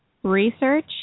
research